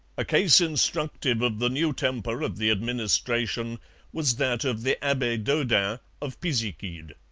a case instructive of the new temper of the administration was that of the abbe daudin of pisiquid.